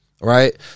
right